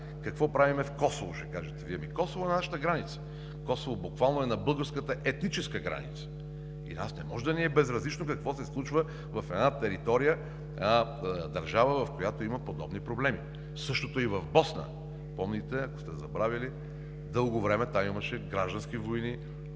Какво правим в Косово, ще кажете Вие? Косово е нашата граница. Косово е буквално на българската етническа граница и не може да ни е безразлично какво се случва в територията на една държава, която има подобни проблеми. Същото е и в Босна. Помните, ако сте забравили, дълго време там имаше граждански войни.